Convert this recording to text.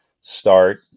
start